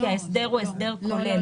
כי ההסדר הוא הסדר כולל.